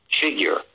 figure